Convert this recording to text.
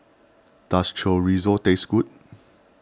does Chorizo taste good